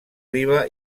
riba